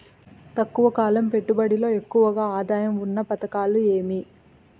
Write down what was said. తక్కువ కాలం పెట్టుబడిలో ఎక్కువగా ఆదాయం ఉన్న పథకాలు ఏమి?